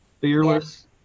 fearless